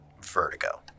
vertigo